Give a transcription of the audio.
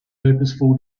purposeful